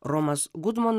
romas gudmonas iš kairių